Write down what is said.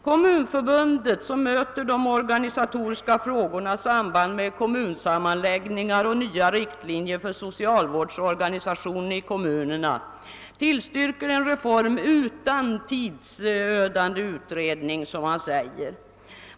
Kommunförbundet, som möter de organisatoriska frågorna i samband med kommunsammanläggningar och nya riktlinjer för socialvårdsorganisationen inom kommunerna, tillstyrker en reform utan tidsödande utredning.